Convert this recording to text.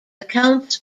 accounts